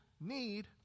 need